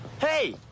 Hey